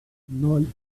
ноль